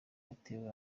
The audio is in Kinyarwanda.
yatewe